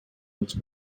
els